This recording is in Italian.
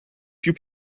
più